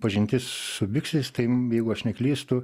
pažintis su biksais tai jeigu aš neklystu